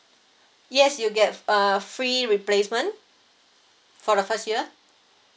yes you get a free replacement for the first year